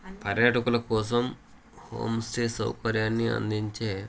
పర్యాటకుల కోసం home stay సౌకర్యాన్ని అందించే